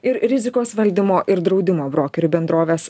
ir rizikos valdymo ir draudimo brokerių bendrovės